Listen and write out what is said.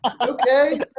Okay